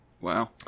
Wow